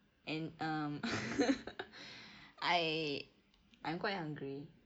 and um I I'm quite hungry